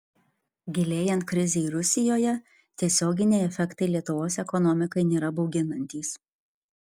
gilėjant krizei rusijoje tiesioginiai efektai lietuvos ekonomikai nėra bauginantys